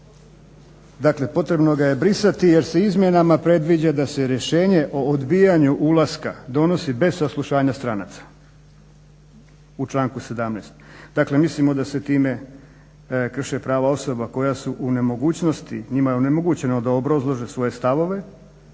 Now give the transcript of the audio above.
dakle potrebno ga je brisati jer se izmjenama predviđa da se rješenje o odbijanju ulaska donosi bez saslušanja stranaca u članku 17. Dakle mislimo da se time krše prava osoba koja su u nemogućnosti, njima je onemogućeno da obrazlože svoje stavove